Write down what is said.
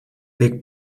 pick